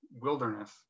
wilderness